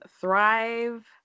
Thrive